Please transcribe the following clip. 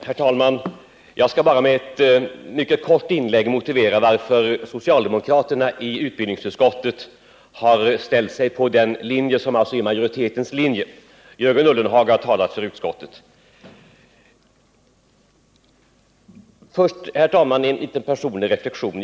Herr talman! Jag skall bara med ett kort inlägg motivera varför socialdemokraterna i utbildningsutskottet har anslutit sig till den ståndpunkt som majoriteten intagit. Jörgen Ullenhag har talat för utskottsmajoriteten. Först, herr talman, en liten personlig reflexion.